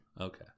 Okay